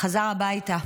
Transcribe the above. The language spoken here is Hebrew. חזר הביתה.